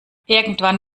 irgendwann